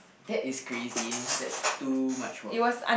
that is crazy that's too much work